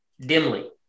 dimly